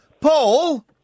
Paul